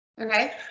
okay